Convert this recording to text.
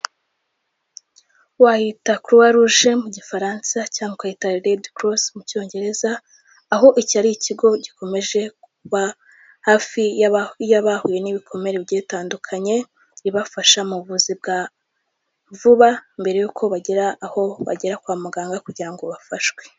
Wahita croix rouge mu gifaransa cyangwa wahita red cross mu cyongereza, aho iki ari ikigo gikomeje kuba hafi yab'auye n'ibikomere byatandukanye, ibafasha mu buyobozi bwa vuba mbere yuko bagera aho bagera kwa muganga kugira ngo bafashwe.